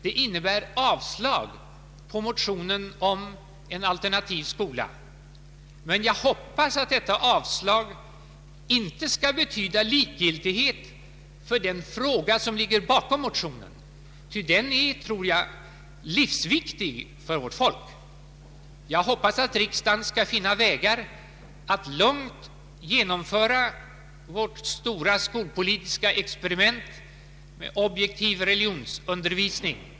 Det innebär avslag på motionen om en alternativ skola, men jag hoppas att detta avslag inte skall betyda likgiltighet för den fråga som ligger bakom motionen, ty den är — tror jag — livsviktig för vårt folk. Jag hoppas att riksdagen skall finna vägar att lugnt genomföra vårt stora skolpolitiska experiment med objektiv religionsundervisning.